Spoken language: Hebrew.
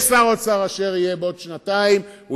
יהיה שר האוצר בעוד שנתיים אשר יהיה,